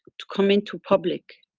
to come into public,